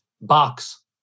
box